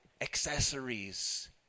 accessories